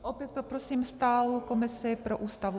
Opět poprosím stálou komisi pro Ústavu.